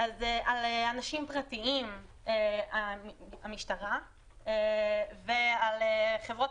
אז על אנשים פרטיים המשטרה; ועל חברות